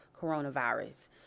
coronavirus